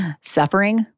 suffering